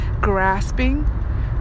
grasping